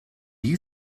you